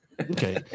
Okay